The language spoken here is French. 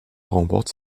remporte